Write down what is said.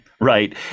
right